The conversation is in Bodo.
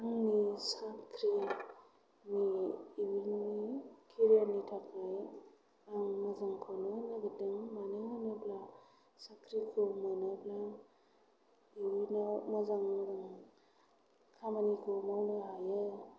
आंनि साख्रिनि इयुननि कैरियारनि थाखाय आं मोजांखौनो नागिरदों मानो होनोब्ला साख्रिखौ मोनोब्ला इयुनाव मोजां मोजां खामानिखौ मावनो हायो